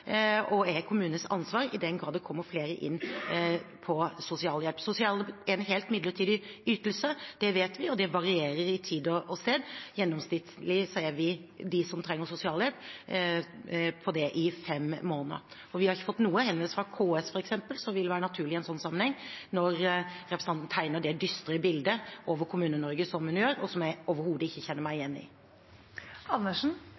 I den grad det kommer flere på sosialhjelp, er det kommunenes ansvar. Sosialhjelp er en midlertidig ytelse – det vet vi – som varierer i tid og sted. Gjennomsnittlig er de som trenger sosialhjelp, på det i fem måneder. Vi har ikke fått noen henvendelser fra KS, f.eks., som ville vært naturlig i en slik sammenheng, når representanten Andersen tegner dette dystre bildet av Kommune-Norge som hun gjør, og som jeg overhodet ikke kjenner meg